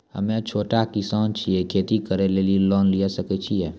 हम्मे छोटा किसान छियै, खेती करे लेली लोन लिये सकय छियै?